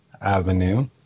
avenue